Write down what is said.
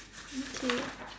okay